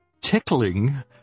tickling